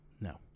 No